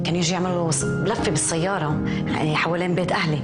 אבל כן אגיד שצריך לזכור שמקריי הרצח של הנשים